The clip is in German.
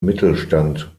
mittelstand